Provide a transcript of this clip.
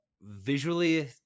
visually